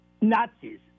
Nazis